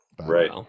Right